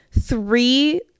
three